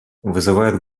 вызывает